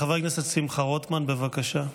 חבר הכנסת שמחה רוטמן, בבקשה.